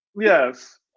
Yes